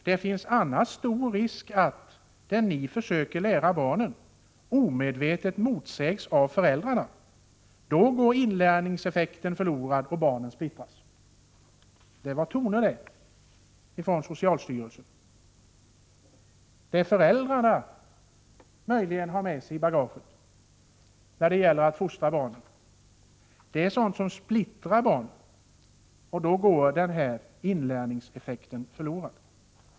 Det finns annars stor risk att det ni rika, då E SR RN för förskolan försöker lära barnen omedvetet motsägs av föräldrarna. Då går inlärningsef Det var toner det från socialstyrelsen! Vad föräldrarna möjligen har med sig i bagaget när det gäller att fostra barnen är således sådant som splittrar barnen. Inlärningseffekten går alltså förlorad.